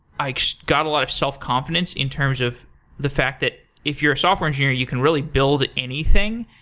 i got a lot of sel-confidence in terms of the fact that if you're a software engineering, you can really build anything.